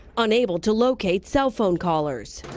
unable to locate cell phone callers.